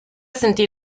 sentì